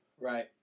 Right